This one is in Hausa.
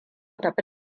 tafi